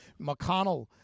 McConnell